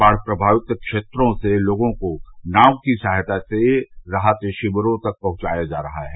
बाढ़ प्रमावित क्षेत्रों से लोगों को नाव की सहायता से राहत शिविरों तक पहंचाया जा रहा है